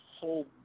whole